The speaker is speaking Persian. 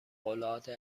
العاده